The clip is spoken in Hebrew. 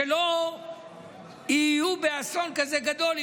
שלא יהיו באסון גדול כזה,